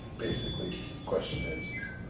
basically, the question is